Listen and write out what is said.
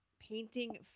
painting